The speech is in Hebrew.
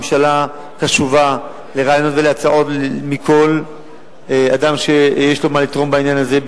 הממשלה קשובה לרעיונות ולהצעות מכל אדם שיש לו מה לתרום בעניין הזה,